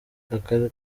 aka